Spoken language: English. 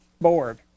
board